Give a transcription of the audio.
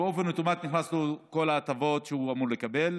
שבאופן אוטומטי נכנסות לו כל ההטבות שהוא אמור לקבל.